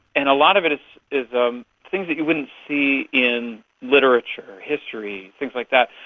and a lot of it it is um things that you wouldn't see in literature, history, things like that,